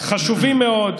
חשובים מאוד,